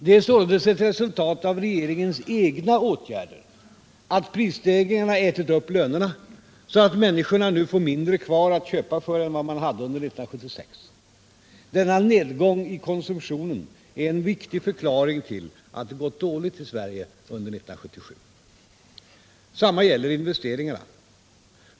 Det är således ett resultat av regeringens egna åtgärder att prisstegringarna ätit upp lönerna så att människorna nu får mindre kvar att köpa för än vad de hade under 1976. Denna nedgång i konsumtionen är en viktig förklaring till att det gått dåligt i Sverige under 1977. Detsamma gäller investeringarna.